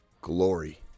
Glory